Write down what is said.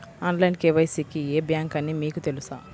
Online KYC కి ఏ bank అని మీకు తెలుసా?